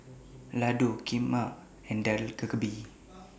Ladoo Kheema and Dak Galbi